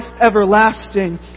everlasting